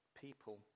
people